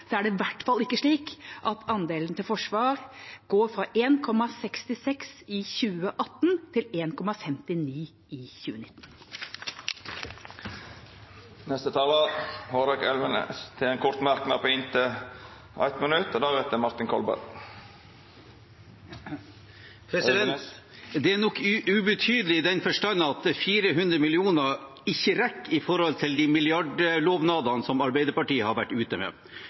hvert fall ikke andelen til forsvar fra 1,66 pst. i 2018 til 1,59 pst. i 2019. Representanten Hårek Elvenes har hatt ordet to gonger tidlegare og får ordet til ein kort merknad, avgrensa til 1 minutt. Det er nok ubetydelig, i den forstand at 400 mill. kr ikke rekker i forhold til de milliardlovnadene som Arbeiderpartiet har vært ute med.